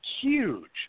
huge